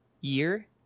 year